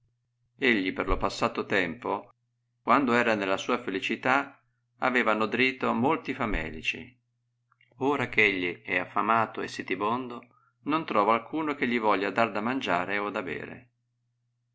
egli per lo passato tempo quando era nella sua felicità aveva nodrito molti famelici ora eh egli è affamato e sitibondo non trova alcuno che gli voglia dar da mangiare o da bere